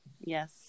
yes